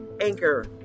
anchor